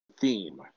theme